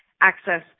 access